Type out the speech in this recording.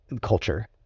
culture